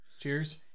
Cheers